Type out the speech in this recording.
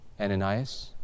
Ananias